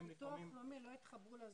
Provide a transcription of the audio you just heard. ביטוח לאומי לא התחברו ל-זום.